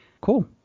cool